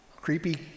creepy